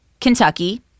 Kentucky